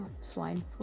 swine